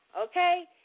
okay